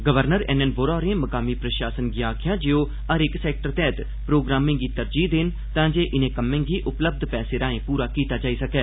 governor N N Vohra होरें मकामी प्रशासन गी आखेआ ऐ जे ओह् हर इक सैक्टर तैह्त प्रोग्रामें गी तरजीह् देन तांजे इनें कम्में गी उपलब्ध पैसे राए पूरा कीता जाई सकै